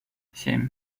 семь